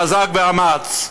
חזק ואמץ,